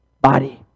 body